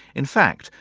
in fact,